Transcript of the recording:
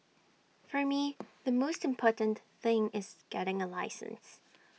for me the most important thing is getting A license